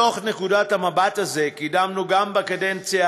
מתוך נקודת המבט הזאת קידמנו גם בקדנציה